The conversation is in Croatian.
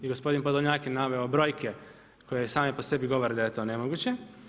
I gospodin POdolnjak je naveo brojke koje same po sebi govore da je to nemoguće.